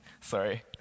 Sorry